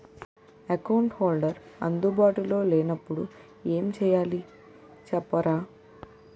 Account holder అందు బాటులో లే నప్పుడు ఎం చేయాలి చెప్తారా?